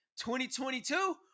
2022